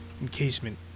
encasement